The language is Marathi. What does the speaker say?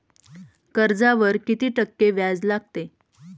कर्जावर किती टक्के व्याज लागते?